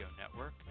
Network